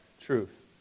truth